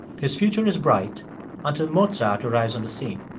his future is bright until mozart arrives on the scene.